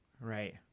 Right